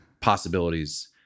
possibilities